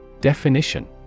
Definition